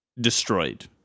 destroyed